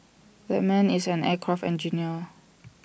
that man is an aircraft engineer